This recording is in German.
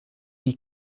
die